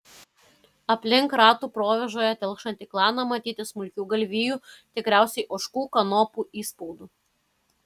aplink ratų provėžoje telkšantį klaną matyti smulkių galvijų tikriausiai ožkų kanopų įspaudų